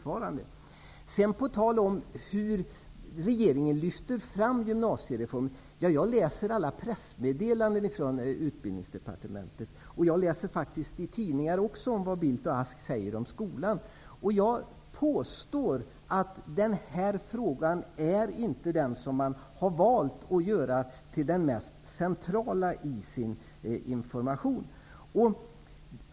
När det gäller på vilket sätt regeringen lyfter fram gymnasiereformen har jag läst alla pressmeddelanden från Utbildningsdepartementet. Dessutom läser jag också i tidningar vad Carl Bildt och Beatrice Ask säger om skolan. Jag vill påstå att den här frågan inte är den som man har valt att göra till den mest centrala i sin information.